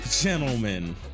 gentlemen